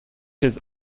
his